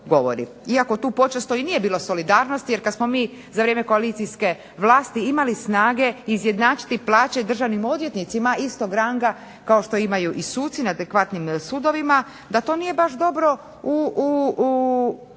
iako tu počesto i nije bilo solidarnosti. Jer kad smo mi za vrijeme koalicijske vlasti imali snage izjednačiti plaće državnim odvjetnicima istog ranga kao što imaju i suci na adekvatnim sudovima da to nije baš dobro među